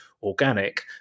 organic